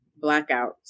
Blackout